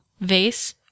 vase